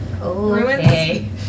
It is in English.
Okay